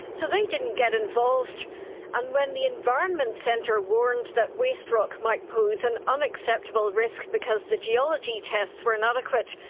so they didn't get involvedand and when the environment centre warned that waste rock might pose an unacceptable risk because the geology tests were inadequate,